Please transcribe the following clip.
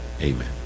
Amen